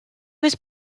was